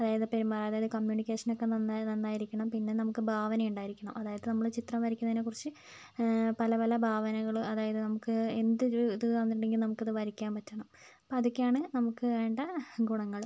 അതായത് പെരുമാറുക അതായത് കമ്മ്യൂണിക്കേഷനൊക്കെ നന്നായി നന്നായിരിക്കണം പിന്നെ നമുക്ക് ഭാവനയുണ്ടായിരിക്കണം അതായത് നമ്മൾ ചിത്രം വരക്കുന്നേനെക്കുറിച്ച് പല പല ഭാവനകൾ അതായത് നമുക്ക് എന്ത് ജോ ഇത് വന്നിട്ടുണ്ടെങ്കിലും നമുക്കത് വരയ്ക്കാൻ പറ്റണം അപ്പോൾ അതൊക്കെയാണ് നമുക്ക് വേണ്ട ഗുണങ്ങൾ